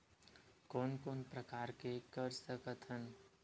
कोन कोन प्रकार के कर सकथ हन?